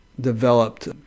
developed